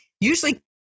Usually